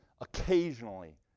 occasionally